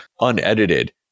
unedited